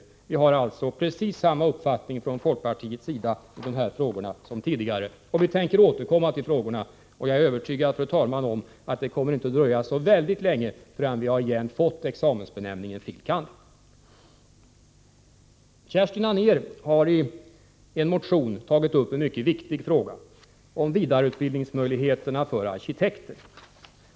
Vi har från folkpartiets sida alltså precis samma uppfattning som tidigare i dessa frågor. Vi tänker återkomma till frågorna, och jag är, fru talman, övertygad om att det inte kommer att dröja så väldigt länge innan vi fått tillbaka examensbenämningen fil. kand. Kerstin Anér har i en motion tagit upp en mycket viktig fråga, nämligen frågan om möjligheterna till vidareutbildning för arkitekter.